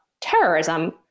terrorism